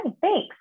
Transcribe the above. thanks